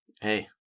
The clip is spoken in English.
Hey